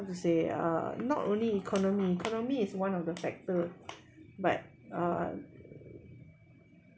they are not only economy economy is one of the factor but uh